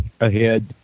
ahead